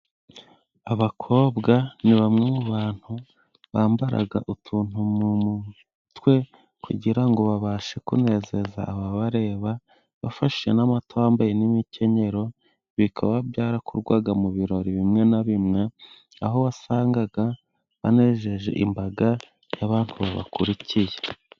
Abakobwa ni bamwe mu bantu bambaraga utuntu mu mutwe， kugira ngo babashe kunezeza ababareba， bafashe n'amata bambaye n'imikenyero， bikaba byarakorwaga mu birori bimwe na bimwe， aho wasangaga banejeje imbaga y'abantu babakurikiye.